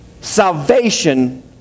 Salvation